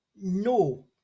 No